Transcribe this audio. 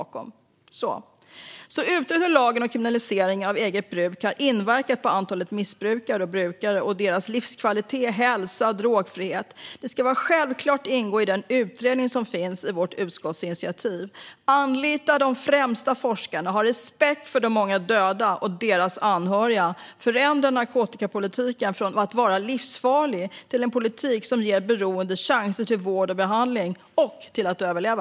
Uppdraget att utreda hur lagen om kriminalisering av eget bruk har inverkat på antalet missbrukare och brukare och deras livskvalitet, hälsa och drogfrihet ska självklart ingå i den utredning som finns i vårt utskottsinitiativ. Anlita de främsta forskarna! Ha respekt för de många döda och deras anhöriga! Förändra narkotikapolitiken från att vara livsfarlig till att vara en politik som ger beroende chanser till vård och behandling - och till att överleva!